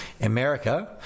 America